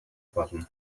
болно